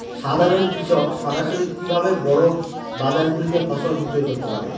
সাধারন কৃষক সরাসরি কি ভাবে বড় বাজার গুলিতে ফসল বিক্রয় করতে পারে?